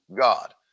God